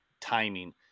timing